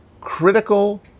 critical